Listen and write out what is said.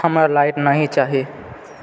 हमरा लाइट नहि चाही